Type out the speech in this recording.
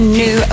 new